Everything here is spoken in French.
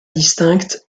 distincte